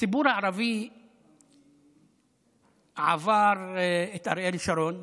הציבור הערבי עבר את אריאל שרון,